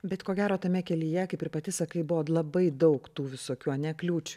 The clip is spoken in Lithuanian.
bet ko gero tame kelyje kaip ir pati sakai buvo labai daug tų visokių ane kliūčių